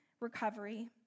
recovery